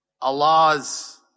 Allah's